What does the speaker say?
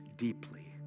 deeply